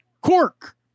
Cork